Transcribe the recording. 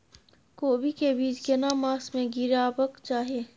कोबी के बीज केना मास में गीरावक चाही?